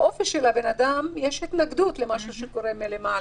באופי של האדם יש התנגדות למשהו שקורה מלמעלה,